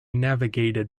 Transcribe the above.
navigated